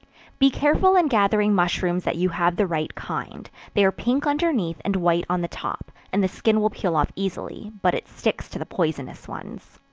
be careful in gathering mushrooms that you have the right kind they are pink underneath, and white on the top, and the skin will peel off easily, but it sticks to the poisonous ones.